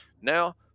Now